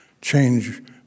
change